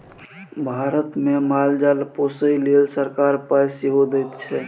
भारतमे माल जाल पोसय लेल सरकार पाय सेहो दैत छै